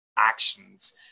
actions